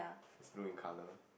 it's blue in colour